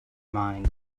mind